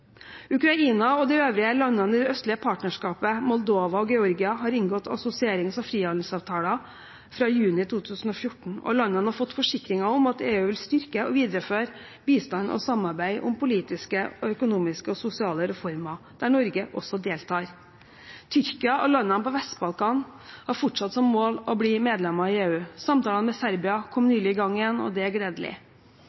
Ukraina og de øvrige landene i Det østlige partnerskap, Moldova og Georgia, har inngått assosierings- og frihandelsavtaler fra juni 2014, og landene har fått forsikringer om at EU vil styrke og videreføre bistand og samarbeid om politiske, økonomiske og sosiale reformer, der Norge også deltar. Tyrkia og landene på Vest-Balkan har fortsatt som mål å bli medlemmer i EU. Samtalene med Serbia kom nylig i gang igjen, og det er gledelig.